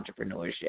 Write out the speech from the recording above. entrepreneurship